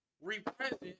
Represent